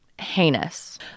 Heinous